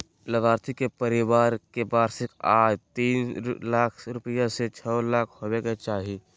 लाभार्थी के परिवार के वार्षिक आय तीन लाख रूपया से छो लाख होबय के चाही